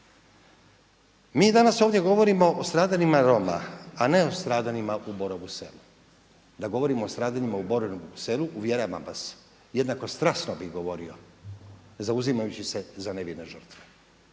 Mi danas ovdje govorimo o stradanjima Roma, a ne o stradanjima u Borovom Selu. Da govorimo o stradanjima u Borovom Selu uvjeravam vas jednako strasno bih govorio zauzimajući se za nevine žrtve,